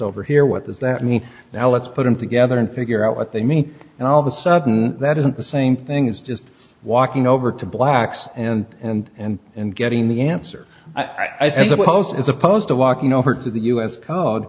over here what does that mean now let's put them together and figure out what they mean and all of a sudden that isn't the same thing as just walking over to blacks and and and and getting the answer i think the post as opposed to walking over to the us code